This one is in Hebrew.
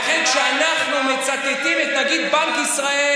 ולכן כשאנחנו מצטטים את נגיד בנק ישראל,